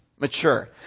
mature